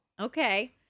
Okay